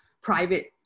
private